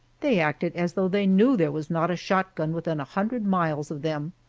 they acted as though they knew there was not a shotgun within a hundred miles of them.